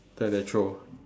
then they throw